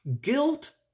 guilt